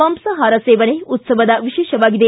ಮಾಂಸಾಹಾರ ಸೇವನೆ ಉತ್ಸವದ ವಿಶೇಷವಾಗಿದೆ